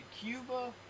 Cuba